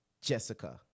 Jessica